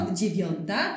dziewiąta